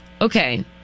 okay